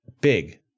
big